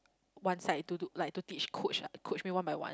one side to do like to teach coach like coach me one by one